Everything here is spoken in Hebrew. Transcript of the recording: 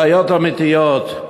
בעיות אמיתיות.